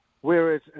Whereas